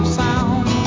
sound